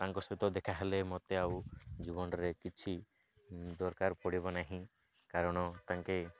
ତାଙ୍କ ସହିତ ଦେଖାହଲେ ମୋତେ ଆଉ ଜୀବନରେ କିଛି ଦରକାର ପଡ଼ିବ ନାହିଁ କାରଣ ତାଙ୍କେ